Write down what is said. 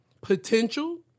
potential